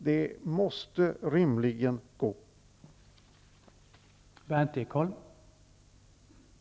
Det måste rimligen vara möjligt.